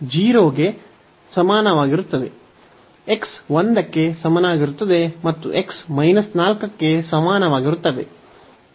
x 1 ಕ್ಕೆ ಸಮಾನವಾಗಿರುತ್ತದೆ ಮತ್ತು x 4 ಗೆ ಸಮಾನವಾಗಿರುತ್ತದೆ